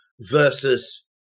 versus